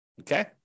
okay